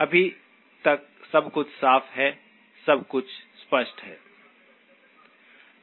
अभी तक सब कुछ साफ है सब कुछ स्पष्ट है